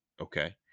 Okay